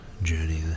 journey